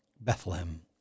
Bethlehem